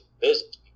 business